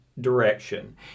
direction